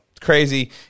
crazy